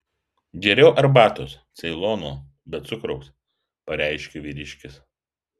geriau arbatos ceilono be cukraus pareiškė vyriškis